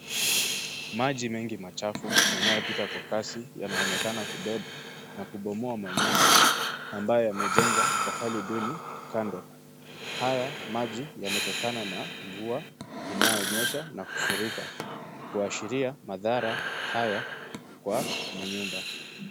Maji mengi machafu yanayopita kwa kasi yanaonekana kubeba na kubomoa manyumba ambayo yamejengwa pahali duni kando. Haya maji yametokana na mvua inayonyesha na kufurika kuashiria madhara haya kwa manyumba.